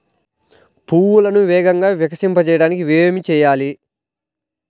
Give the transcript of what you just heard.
పువ్వులను వేగంగా వికసింపచేయటానికి ఏమి చేయాలి?